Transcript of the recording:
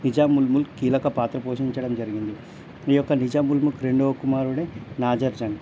నిజాం ఉల్ ముల్క్ కీలక పాత్ర పోషించడం జరిగింది ఈ యొక్క నిజాం ఉల్ ముల్క్ రెండో కుమారుడే నాజర్ జంగ్